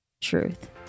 truth